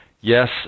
Yes